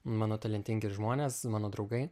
mano talentingi žmonės mano draugai